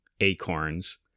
acorns